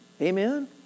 Amen